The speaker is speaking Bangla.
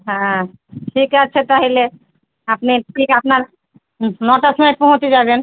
হ্যাঁ ঠিক আছে তাহলে আপনি ঠিক আপনার নটার সময় পৌঁছে যাবেন